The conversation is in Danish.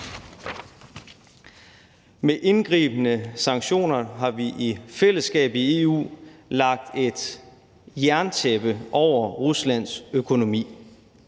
Med indgribende sanktioner har vi i fællesskab i EU lagt et jerntæppe over Ruslands økonomi.